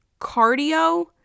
cardio